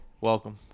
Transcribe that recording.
welcome